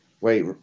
Wait